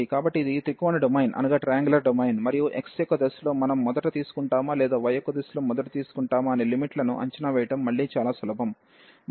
కాబట్టి ఇది త్రికోణ డొమైన్ మరియు x యొక్క దిశలో మనం మొదట తీసుకుంటామా లేదా y యొక్క దిశలో మొదట తీసుకుంటామా అనే లిమిట్ లను అంచనా వేయడం మళ్ళీ చాలా సులభం